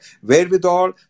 wherewithal